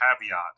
caveat